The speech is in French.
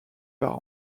par